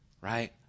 right